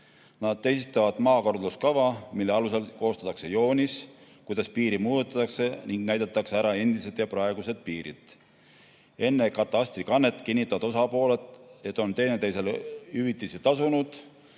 Nad esitavad maakorralduskava, mille alusel koostatakse joonis, kuidas piiri muudetakse, näidates ära endised ja uued piirid. Enne katastrikannet kinnitavad osapooled, et on teineteisele hüvitise tasunud.